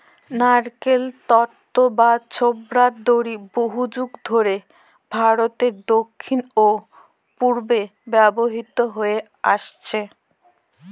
নারকোল তন্তু বা ছোবড়ার দড়ি বহুযুগ ধরে ভারতের দক্ষিণ ও পূর্বে ব্যবহৃত হয়ে আসছে